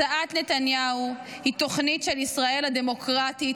הצעת נתניהו היא תוכנית של ישראל הדמוקרטית,